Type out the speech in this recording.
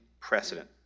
precedent